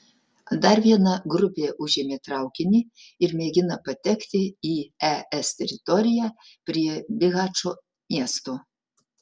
dar viena grupė užėmė traukinį ir mėgina patekti į es teritoriją prie bihačo miesto